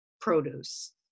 produce